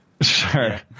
Sure